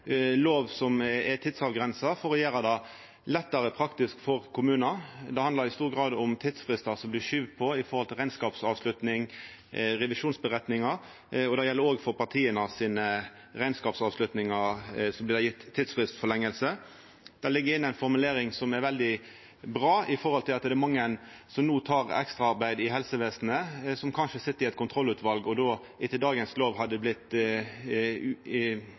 lov som er tidsavgrensa for å gjera det lettare praktisk for kommunar. Det handlar i stor grad om tidsfristar som blir skove på i forhold til rekneskapsavslutning og revisjonsmeldingar, og det gjeld òg for partia sine rekneskapsavslutningar, som blir gjevne tidsfristforlenging. Det ligg inne ei formulering som er veldig bra med omsyn til at mange av dei som no tek ekstraarbeid i helsevesenet, kanskje sit i eit kontrollutval, og etter dagens lov er det då umogleg å sitja i